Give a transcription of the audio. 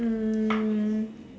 um